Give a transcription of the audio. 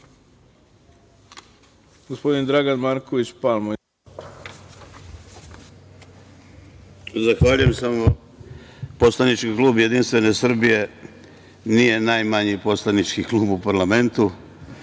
gospodin Dragan Marković Palma.